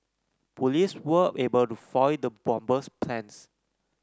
police were able to foil the bomber's plans